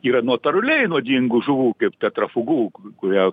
yra natūraliai nuodingų žuvų kaip tetrafugu kurią